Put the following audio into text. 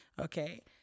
okay